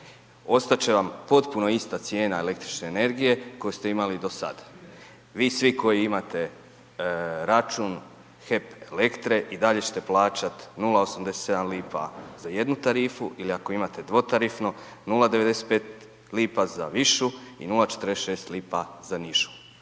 Ostat će vam potpuno ista cijena električne energije koju ste imali i do sad. Vi svi koji imate račun HEP Elektre i dalje ćete plaćat 0,87 kn za jednu tarifu ili ako imate dvotarifno 0,95 kn za višu i 0,46 kn za nižu.